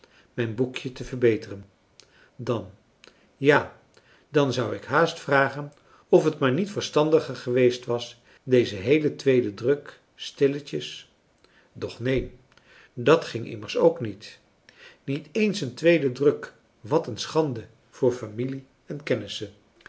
mijn boekje te verbeteren dan ja dan zou ik haast vragen of het maar niet verstandiger geweest was dezen heelen tweeden druk stilletjes doch neen dat ging immers ook niet niet eens een tweede druk wat een schande voor familie en kennissen